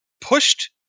pushed